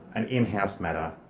an in-house matter.